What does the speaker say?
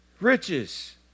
Riches